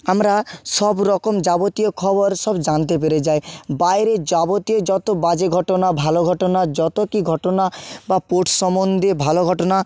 আমরা সব রকম যাবতীয় খবর সব জানতে পেরে যাই বাইরের যাবতীয় যত বাজে ঘটনা ভালো ঘটনা যত কী ঘটনা বা স্পোর্টস সম্বন্ধে ভালো ঘটনা